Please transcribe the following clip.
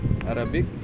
Arabic